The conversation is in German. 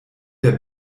der